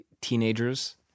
teenagers